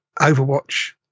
Overwatch